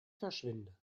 verschwinde